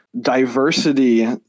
diversity